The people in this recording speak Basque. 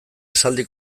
esaldi